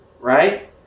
right